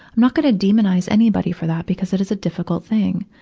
i'm not gonna demonize anybody for that because it is a difficult thing.